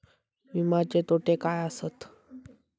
विमाचे तोटे काय आसत?